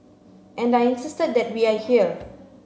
and I insisted that we are here